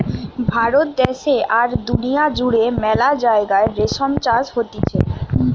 ভারত দ্যাশে আর দুনিয়া জুড়ে মেলা জাগায় রেশম চাষ হতিছে